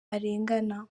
arengana